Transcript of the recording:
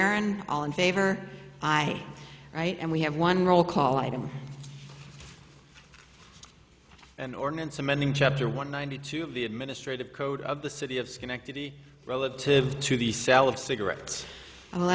and all in favor i write and we have one roll call item an ordinance amending chapter one ninety two of the administrative code of the city of schenectady relative to the sale of cigarettes